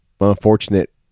unfortunate